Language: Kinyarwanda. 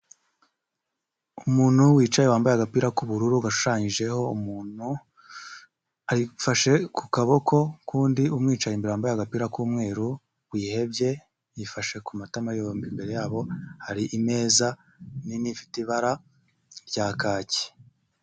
Umuntu wicaye wambaye agapira k'ubururu gashushanyijeho umuntu, afashe ku kaboko k'undi umwicayeyi imbere wambaye agapira k'umweru wihebye yifashe ku matama yombi, imbere yabo hari imeza nini ifite ibara rya kaki.